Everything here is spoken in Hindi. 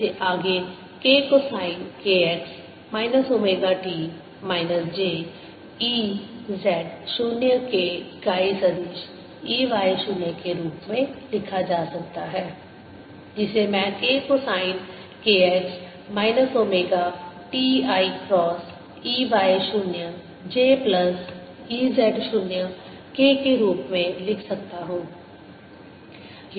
इसे आगे k cosine k x minus omega t minus j E z 0 k इकाई सदिश E y 0 के रूप में लिखा जा सकता है जिसे मैं k cosine k x minus omega t i cross E y 0 j plus E z 0 k के रूप में लिख सकता हूँ